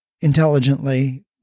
intelligently